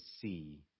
see